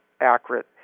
accurate